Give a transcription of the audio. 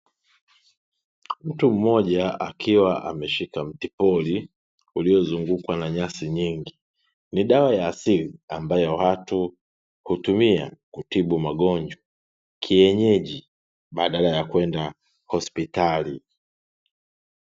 Mtu mmoja akiwa ameshika mtipori uliozungukwa na nyasi nyingi, ni dawa ya asili ambayo watu hutumia kutibu magonjwa kienyeji, badala ya kwenda hospitali.